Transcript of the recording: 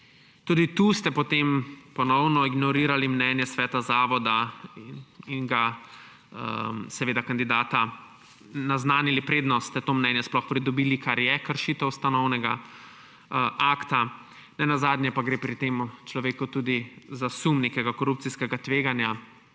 Tudi tu ste potem ponovno ignorirali mnenje sveta zavoda in kandidata naznanili, preden ste to mnenje sploh pridobili, kar je kršitev ustanovnega akta. Ne nazadnje pa gre pri tem človeku tudi za sum nekega korupcijskega tveganja,